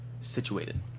situated